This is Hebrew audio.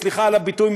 סליחה על הביטוי,